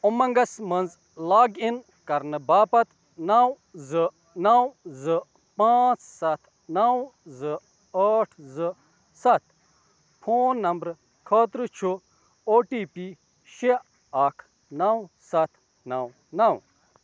اُمنٛگس مَنٛز log in کرنہٕ باپتھ نو زٕ نو زٕ پانٛژھ سَتھ نو زٕ ٲٹھ زٕ سَتھ فون نمبرٕ خٲطرٕ چھُ او ٹی پی شےٚ اکہ نو سَتھ نو نو